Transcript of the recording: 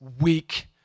weak